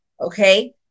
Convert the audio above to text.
Okay